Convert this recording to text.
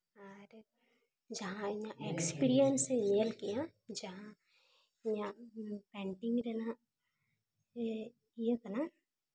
ᱟᱨ ᱡᱟᱦᱟᱸ ᱤᱧᱟᱹᱜ ᱮᱠᱯᱮᱨᱤᱭᱮᱱᱥ ᱮ ᱧᱮᱞ ᱠᱮᱜᱼᱟ ᱡᱟᱦᱟᱸ ᱤᱧᱟᱹᱜ ᱯᱮᱱᱴᱤᱝ ᱨᱮᱱᱟᱜ ᱤᱭᱟᱹ ᱠᱟᱱᱟ